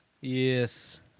Yes